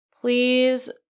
Please